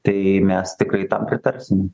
tai mes tikrai tam pritarsim